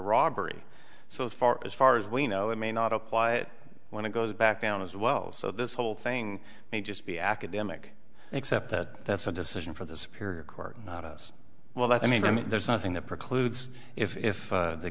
robbery so far as far as we know it may not apply it when it goes back down as well so this whole thing may just be academic except that that's a decision for the spirit court not us well i mean i mean there's nothing that precludes if